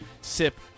Sip